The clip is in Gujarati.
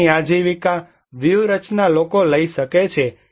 અહીંની આજીવિકા વ્યૂહરચના લોકો લઈ શકે છે